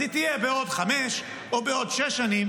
אז היא תהיה בעוד חמש או בעוד שש שנים,